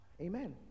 Amen